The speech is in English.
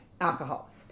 Alcohol